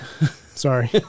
Sorry